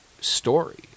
story